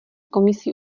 komisí